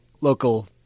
local